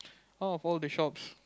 out of all the shops